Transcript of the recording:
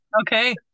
okay